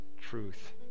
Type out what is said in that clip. truth